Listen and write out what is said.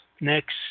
next